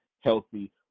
healthy